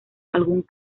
algún